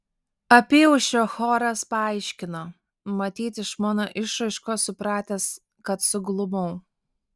apyaušrio choras paaiškino matyt iš mano išraiškos supratęs kad suglumau